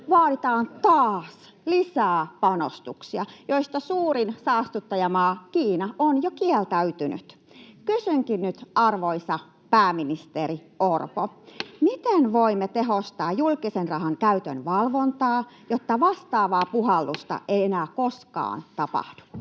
vaaditaan — taas — lisää panostuksia, joista suurin saastuttajamaa, Kiina, on jo kieltäytynyt. Kysynkin nyt, arvoisa pääministeri Orpo: miten voimme tehostaa julkisen rahan käytön valvontaa, jotta vastaavaa puhallusta